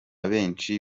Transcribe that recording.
benshi